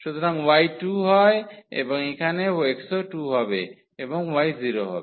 সুতরাং y 2 হয় এবং এখানে x ও 2 হবে এবং y 0 হবে